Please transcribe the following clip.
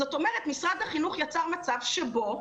זאת אומרת משרד החינוך יצר מצב שבו,